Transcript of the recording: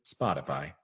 Spotify